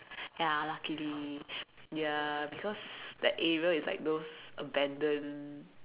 ya luckily ya because that area is like those abandoned